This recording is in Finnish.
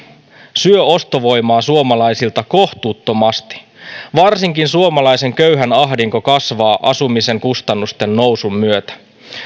syö ostovoimaa suomalaisilta kohtuuttomasti varsinkin suomalaisen köyhän ahdinko kasvaa asumisen kustannusten nousun myötä